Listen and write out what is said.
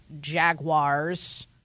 Jaguars